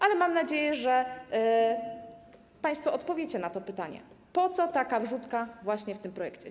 Ale mam nadzieję, że państwo odpowiecie na to pytanie: Po co taka wrzutka właśnie w tym projekcie?